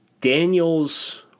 Daniels